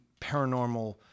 paranormal